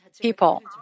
people